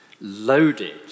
loaded